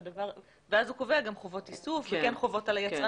אז הוא קובע חובות איסוף וחובות על היצרן